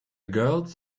girls